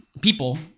people